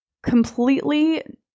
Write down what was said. completely